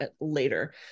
later